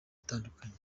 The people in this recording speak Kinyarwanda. atandukanye